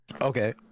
Okay